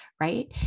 right